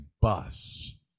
bus